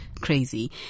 crazy